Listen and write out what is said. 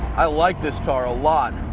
i like this car a lot.